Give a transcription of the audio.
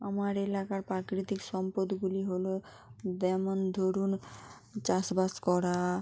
আমার এলাকার প্রাকৃতিক সম্পদ্গুলি হলো যেমন ধরুন চাষবাস করা